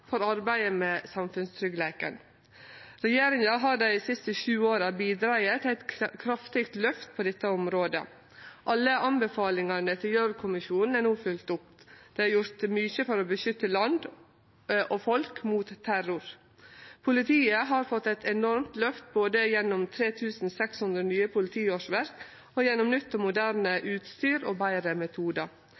for arbeidet med samfunnstryggleiken. Regjeringa har dei siste sju åra bidrege til eit kraftig løft på dette området. Alle anbefalingane til Gjørv-kommisjonen er no følgde opp. Det er gjort mykje for å beskytte landet og folk mot terror. Politiet har fått eit enormt løft, både gjennom 3 600 nye politiårsverk og gjennom nytt og moderne utstyr og betre metodar.